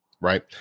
right